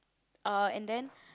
uh and then